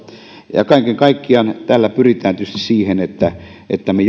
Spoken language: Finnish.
kaiken kaikkiaan tällä pyritään tietysti siihen että että me